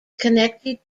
connected